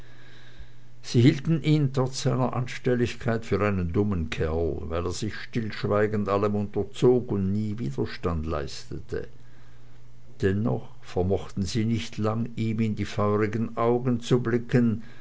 sie hielten ihn trotz seiner anstelligkeit für einen dummen kerl weil er sich stillschweigend allem unterzog und nie widerstand leistete und dennoch vermochten sie nicht lang ihm in die feurigen augen zu blicken